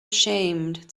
ashamed